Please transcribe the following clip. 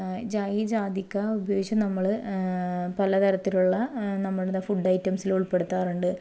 ഈ ജാതിക്ക ഉപയോഗിച്ച് നമ്മൾ പല തരത്തിലുള്ള നമ്മളുടെ ഫുഡ് ഐറ്റംസ് ഉൾപ്പെടുത്താറുണ്ട്